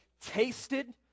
tasted